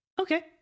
Okay